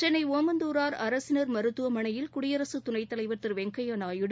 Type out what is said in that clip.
சென்னை ஒமந்துரார் அரசினர் மருத்துவமனையில் குடியரசு துனைத் தலைவர் திரு வெங்கையா நாயுடு